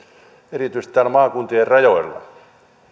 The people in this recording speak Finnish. erityisesti maakuntien rajoilla